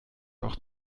auch